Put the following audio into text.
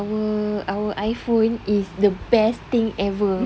our our iphone is the best thing ever